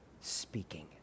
speaking